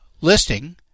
listing